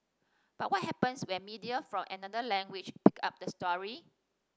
but what happens when media from another language pick up the story